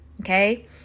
okay